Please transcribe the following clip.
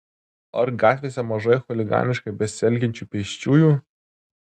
ar gatvėse mažai chuliganiškai besielgiančių pėsčiųjų